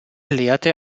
lehrte